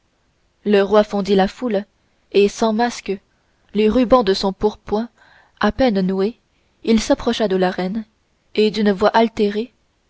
le roi fendit la foule et sans masque les rubans de son pourpoint à peine noués il s'approcha de la reine et d'une voix altérée